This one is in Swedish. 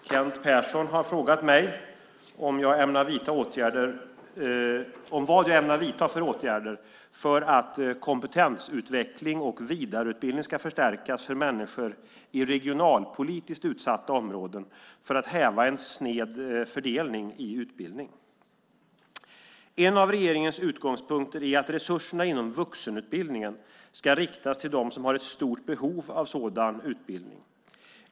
Fru talman! Kent Persson har frågat mig vilka åtgärder jag ämnar vidta för att kompetensutveckling och vidareutbildning ska förstärkas för människor i regionalpolitiskt utsatta områden för att häva en sned fördelning i utbildning. En av regeringens utgångspunkter är att resurserna inom vuxenutbildningen ska riktas till dem som har ett stort behov av sådan utbildning.